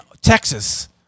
Texas